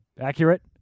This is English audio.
accurate